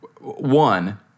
one-